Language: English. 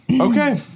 Okay